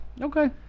Okay